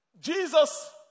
Jesus